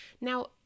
Now